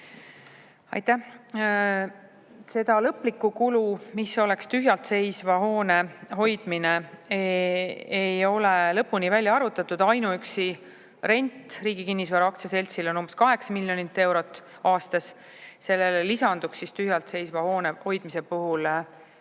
Aitäh! Seda lõplikku kulu, mis tuleks tühjalt seisva hoone hoidmisest, ei ole lõpuni välja arvutatud. Ainuüksi rent Riigi Kinnisvara Aktsiaseltsile on umbes 8 miljonit eurot aastas. Sellele lisanduks tühjalt seisva hoone hoidmise puhul